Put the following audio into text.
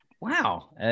Wow